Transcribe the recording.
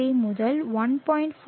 33 முதல் 1